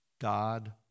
God